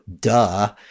duh